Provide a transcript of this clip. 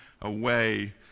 away